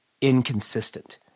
inconsistent